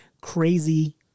crazy